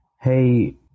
Hey